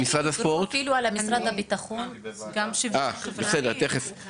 גם המשרד לביטחון פנים, גם המשרד לשוויון